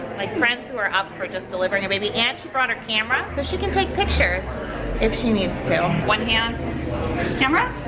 like friends who are up for just delivering a baby. and she brought her camera. so she can take pictures if she needs to. one hand camera.